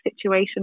situation